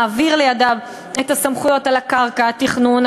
מעביר לידיו את הסמכויות על הקרקע: התכנון,